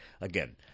Again